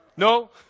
No